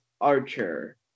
Archer